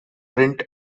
print